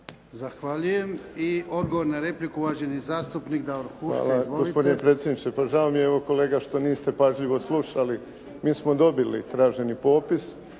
Zahvaljujem. Odgovor na repliku uvaženi zastupnik Davor Huška. **Huška, Davor (HDZ)** Hvala, gospodine predsjedniče. Pa žao mi je kolega evo što niste pažljivo slušali. Mi smo dobili traženi popis